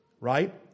right